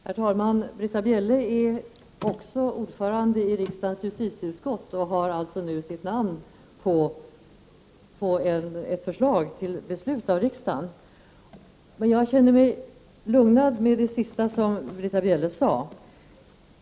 Herr talman! Britta Bjelle är också ordförande i riksdagens justitieutskott och har alltså nu sitt namn på ett förslag till beslut av riksdagen. Men jag känner mig lugnad av det sista som Britta Bjelle sade.